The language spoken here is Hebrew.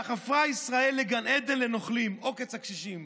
"כך הפכה ישראל לגן עדן לנוכלים" עוקץ הקשישים.